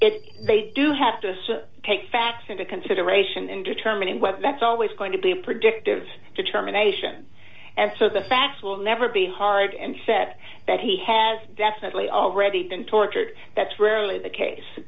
protection they do have to take facts into consideration in determining whether that's always going to be predictive determination and so the facts will never be hard in fact that he has definitely already been tortured that's rarely the case